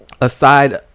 aside